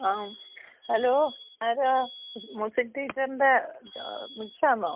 ആ ഹലോ ആരാണ് ഇത് മ്യൂസിക് ടീച്ചറിൻ്റെ മിസ്സാണോ